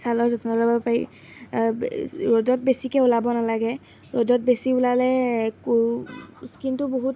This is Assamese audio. ছালৰ যত্ন ল'ব পাৰি ৰ'দত বেছিকৈ ওলাব নালাগে ৰ'দত বেছি ওলালে কো স্কিনটো বহুত